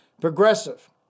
progressive